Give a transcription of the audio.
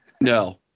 No